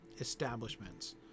establishments